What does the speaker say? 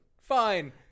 Fine